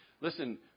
Listen